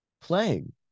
playing